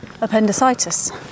appendicitis